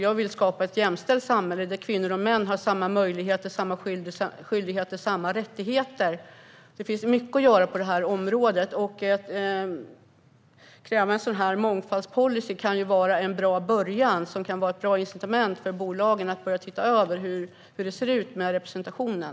Jag vill skapa ett jämställt samhälle där kvinnor och män har samma möjligheter, samma skyldigheter och samma rättigheter. Det finns mycket att göra på det här området, och att kräva en sådan här mångfaldspolicy kan ju vara en bra början. Det kan bli ett incitament för bolagen att börja se över representationen.